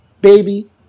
baby